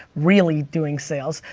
really doing sales.